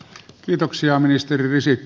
kiitoksia ministeri risikko